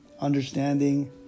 understanding